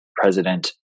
president